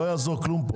לא יעזור כלום פה.